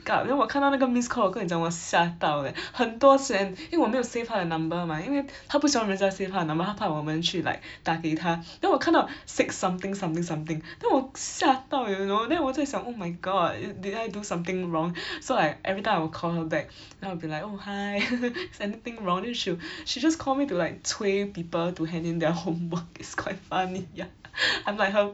up then 我看到那个 missed call 我跟你讲我吓到 leh 很多次 and 因为我没有 save 她的 number mah 因为 她不喜欢人家 save 她的 number 她怕我们去 like 打给她 then 我看到 six something something something then 我吓到 you know then 我在想 oh my god did I do something wrong so I everytime I will call her back then I'll be like oh hi is anything wrong then she'll she just call me to like 催 people to hand in their homework it's quite funny ya I'm like her